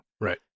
Right